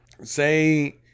say